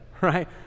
right